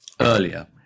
earlier